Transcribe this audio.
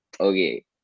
okay